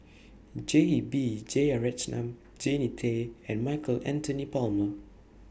J B Jeyaretnam Jannie Tay and Michael Anthony Palmer